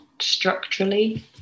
structurally